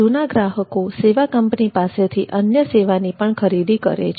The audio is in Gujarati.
જુના ગ્રાહકો સેવા કંપની પાસેથી અન્ય સેવાની પણ ખરીદી કરે છે